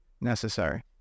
necessary